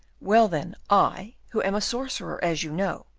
well, then, i, who am a sorcerer, as you know,